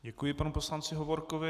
Děkuji panu poslanci Hovorkovi.